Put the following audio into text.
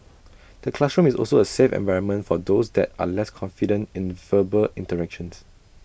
A classroom is also A safe environment for those that are less confident in verbal interactions